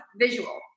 visual